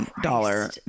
dollar